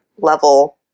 level